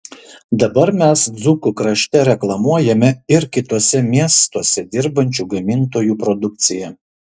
dabar mes dzūkų krašte reklamuojame ir kituose miestuose dirbančių gamintojų produkciją